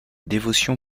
dévotion